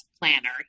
planner